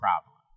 problem